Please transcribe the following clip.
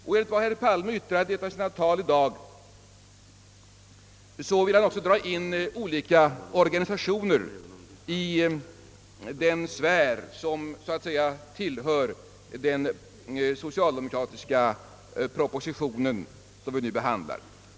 Enligt vad herr Palme yttrat i ett av sina anföranden i dag vill han också dra in olika organisationer i sfären kring den socialdemokratiska proposition vi nu behandlar.